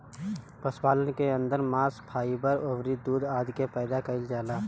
पशुपालन के अंदर मांस, फाइबर अउरी दूध आदि के पैदा कईल जाला